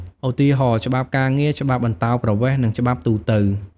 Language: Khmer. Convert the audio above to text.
ឧទាហរណ៍ ច្បាប់ការងារ ច្បាប់អន្តោប្រវេសន៍ និងច្បាប់ទូទៅ។